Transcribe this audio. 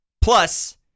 Plus